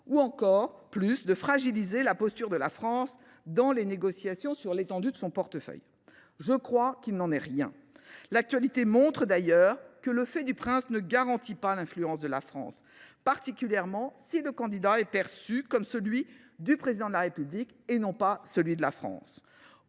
ou encore de fragiliser la posture de la France dans les négociations sur l’étendue de son portefeuille. L’actualité montre d’ailleurs que le fait du prince ne garantit pas l’influence de notre pays, particulièrement si le candidat est perçu comme étant celui du Président de la République et non celui de la France.